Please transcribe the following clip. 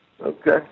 Okay